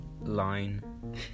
Line